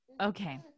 Okay